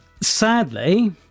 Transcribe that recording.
sadly